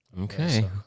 Okay